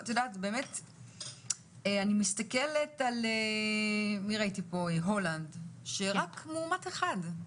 אני מסתכלת על הולנד, שחזר ממנה רק מאומת אחד.